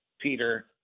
Peter